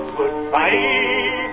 Goodbye